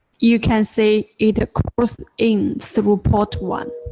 you can see it ah calls in through port one.